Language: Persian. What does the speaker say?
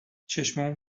چشامو